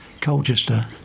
Colchester